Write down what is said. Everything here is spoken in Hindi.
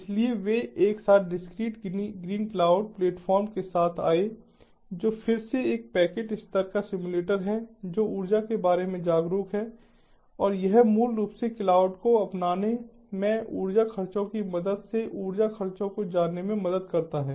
इसलिए वे एक साथ डिस्क्रीट ग्रीनक्लाउड प्लेटफॉर्म के साथ आए जो फिर से एक पैकेट स्तर का सिम्युलेटर है जो ऊर्जा के बारे में जागरूक है और यह मूल रूप से क्लाउड को अपनाने में ऊर्जा खर्चों की मदद से ऊर्जा खर्चों को जानने में मदद करता है